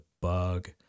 bug